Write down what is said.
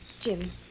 Jim